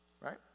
right